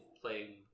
playing